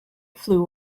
flew